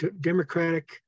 democratic